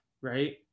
right